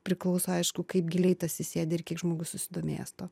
priklauso aišku kaip giliai tas įsėdę ir kiek žmogus susidomėjęs tuo